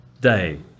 day